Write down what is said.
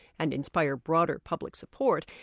and inspire broader public support.